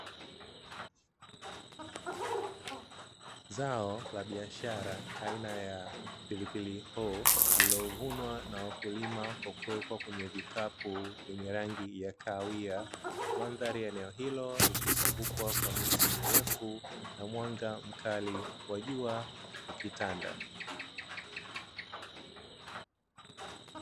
Zao la biashara aina ya pilipili hoho lililovunwa na wakulima, kwa kuwekwa kwenye vikapu vyenye rangi ya kahawia. Mandhari ya eneo hilo likizungukwa kwa miti mirefu na mwanga mkali wa jua ukitanda.